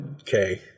okay